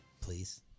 please